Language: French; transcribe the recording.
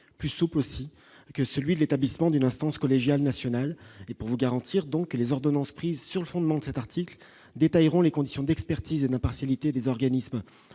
plus souple aussi que celui de l'établissement d'une instance collégiale nationale et pour vous garantir donc les ordonnances prises sur le fondement de cet article détailleront les conditions d'expertise et d'impartialité des organismes